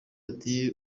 ati